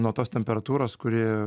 nuo tos temperatūros kuri